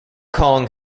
kong